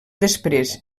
després